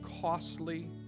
costly